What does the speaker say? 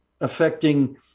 affecting